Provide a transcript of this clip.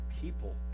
people